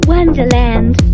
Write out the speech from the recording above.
Wonderland